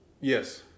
Yes